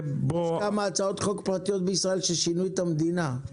יש כמה הצעות חוק פרטיות בישראל ששינו את המדינה,